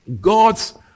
God's